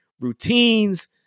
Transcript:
routines